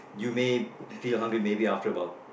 you may feel hungry maybe after about